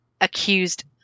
accused